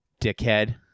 Dickhead